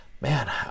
man